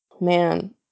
Man